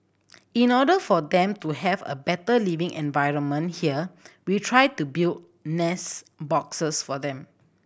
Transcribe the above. in order for them to have a better living environment here we try to build nest boxes for them